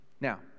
Now